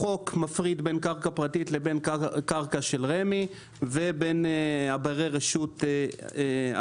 החוק מפריד בין קרקע פרטית לבין קרקע של רמ"י ובין ברי הרשות השונים.